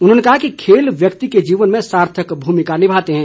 उन्होंने कहा कि खेल व्यक्ति के जीवन में सार्थक भूमिका निभाते हैं